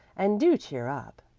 and do cheer up.